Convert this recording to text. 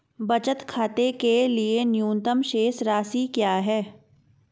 बचत खाते के लिए न्यूनतम शेष राशि क्या है?